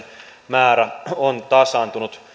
määrä on tasaantunut